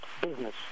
business